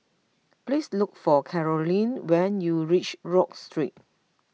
please look for Caroline when you reach Rodyk Street